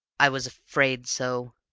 i was afraid so!